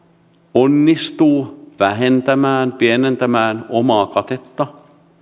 onnistuvat pienentämään pienentämään omaa katettaan